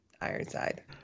Ironside